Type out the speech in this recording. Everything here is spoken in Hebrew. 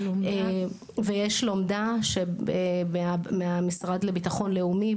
יש לומדה מהמשרד לביטחון לאומי,